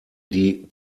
die